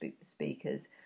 speakers